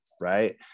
right